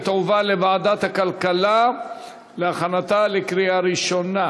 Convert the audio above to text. ותועבר לוועדת הכלכלה להכנתה לקריאה ראשונה.